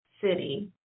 City